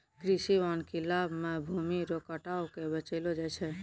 कृषि वानिकी लाभ मे भूमी रो कटाव के बचैलो जाय छै